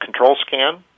ControlScan